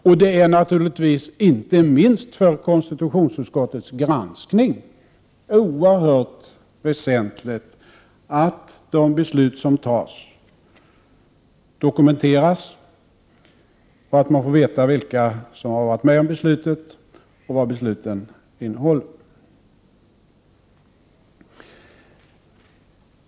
Och det är naturligtvis inte minst för konstitutionsutskottets granskning oerhört väsentligt att de beslut som tas dokumenteras så att man får veta vilka som har varit med om besluten och vad besluten innehåller.